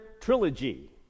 trilogy